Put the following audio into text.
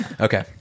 Okay